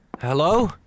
Hello